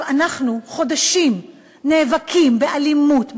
אנחנו חודשים נאבקים באלימות,